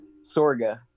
sorga